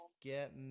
get